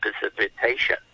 precipitation